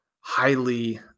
highly